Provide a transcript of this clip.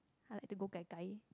I like to go Gai Gai